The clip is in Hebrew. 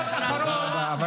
עבר הזמן, תודה רבה.